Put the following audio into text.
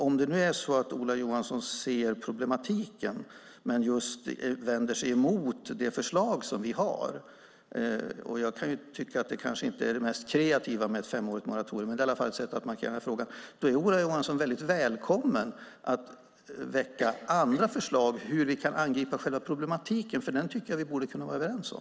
Om det nu är så att Ola Johansson ser problematiken men vänder sig emot just det förslag som vi har - jag kan tycka att ett femårigt moratorium kanske inte är det mest kreativa, men det är i alla fall ett sätt att markera den här frågan - är Ola Johansson väldigt välkommen att väcka andra förslag om hur vi kan angripa själva problematiken, för den tycker jag att vi borde kunna vara överens om.